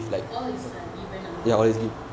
all is like given ah